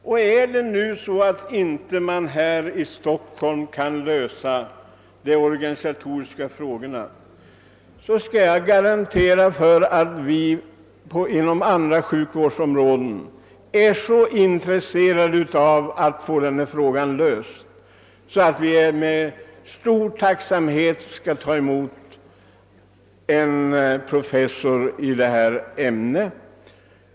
Om man nu inte i Stockholm kan lösa de organisatoriska frågorna, kan jag garantera för att vi inom andra sjukvårdsområden är så intresserade av att få denna fråga löst att vi med stor tacksamhet skall ta emot en professor i detta ämne.